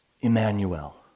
emmanuel